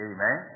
Amen